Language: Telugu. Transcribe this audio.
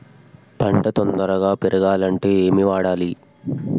పంట తొందరగా పెరగాలంటే ఏమి వాడాలి?